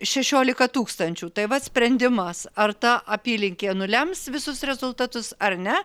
šešiolika tūkstančių tai vat sprendimas ar ta apylinkė nulems visus rezultatus ar ne